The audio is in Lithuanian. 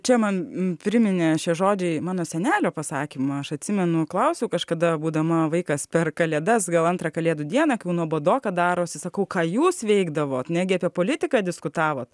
čia man priminė šie žodžiai mano senelio pasakymą aš atsimenu klausiau kažkada būdama vaikas per kalėdas gal antrą kalėdų dieną kai jau nuobodoka darosi sakau ką jūs veikdavot negi apie politiką diskutavot